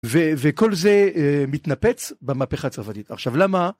וכל זה מתנפץ במהפכה הצרפתית. עכשיו למה...